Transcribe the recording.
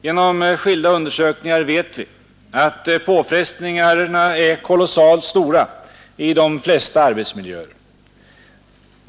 Genom skilda undersökningar vet vi att påfrestningarna är kolossalt stora i de flesta arbetsmiljöer.